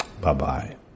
Bye-bye